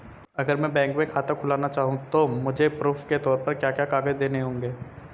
अगर मैं बैंक में खाता खुलाना चाहूं तो मुझे प्रूफ़ के तौर पर क्या क्या कागज़ देने होंगे?